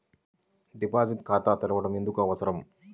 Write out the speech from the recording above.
Deposit ఖాతా తెరవడం ఎందుకు అవసరం?